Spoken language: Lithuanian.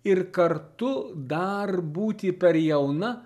ir kartu dar būti per jauna